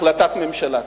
החלטת ממשלה.